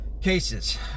cases